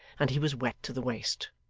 and he was wet to the waist.